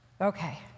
Okay